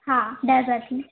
हा डेजर्ट में